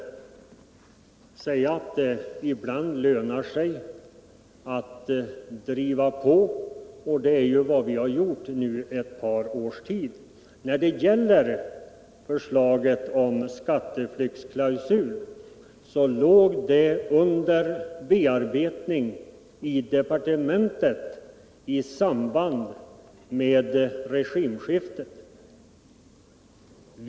Ibland lönar det sig att driva på. Det är vad vi har gjort under ett par års tid. När det gäller förslaget till skatteflyktsklausul vill jag nämna att det var under bearbetning i departementet vid regimskiftet.